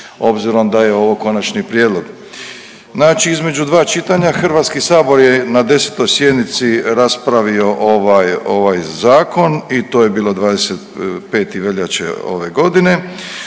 obzirom da je ovo Konačni prijedlog. Znači između dva čitanja Hrvatski sabor je na 10. sjednici raspravio ovaj Zakon i to je bilo 25. veljače ove godine.